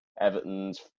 Everton's